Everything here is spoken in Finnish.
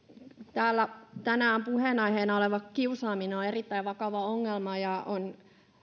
täällä tänään puheenaiheena oleva kiusaaminen on erittäin vakava ongelma ja on